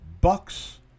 Bucks